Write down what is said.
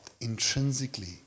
Intrinsically